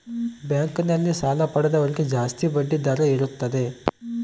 bank ನಲ್ಲಿ ಸಾಲ ಪಡೆದವರಿಗೆ ಜಾಸ್ತಿ ಬಡ್ಡಿ ದರ ಇರುತ್ತದೆ